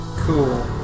cool